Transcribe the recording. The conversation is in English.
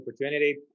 opportunity